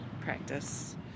practice